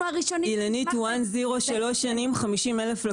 אנחנו הראשונים שנשמח --- אילנית,